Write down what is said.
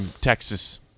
Texas